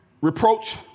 Reproach